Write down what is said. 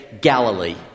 Galilee